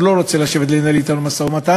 הוא לא רוצה לשבת לנהל אתנו משא-ומתן,